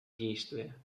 действия